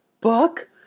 book